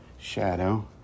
Shadow